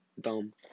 dumb